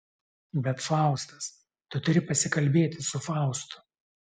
bet faustas tu turi pasikalbėti su faustu